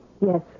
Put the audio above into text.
Yes